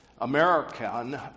American